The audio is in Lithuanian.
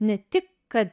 ne tik kad